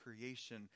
creation